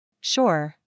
Sure